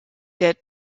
der